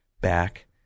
back